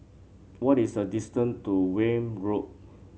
what is the distance to Welm Road